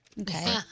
Okay